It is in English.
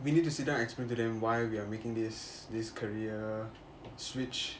we need to sit down and explain to them why are we are making this this career switch